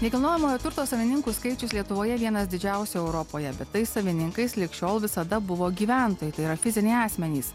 nekilnojamojo turto savininkų skaičius lietuvoje vienas didžiausių europoje bet tais savininkais lig šiol visada buvo gyventojai tai yra fiziniai asmenys